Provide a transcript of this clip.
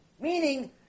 Meaning